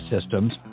systems